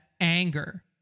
anger